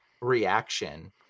reaction